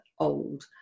Old